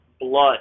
blood